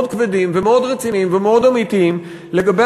מאוד כבדים ומאוד רציניים ומאוד אמיתיים לגבי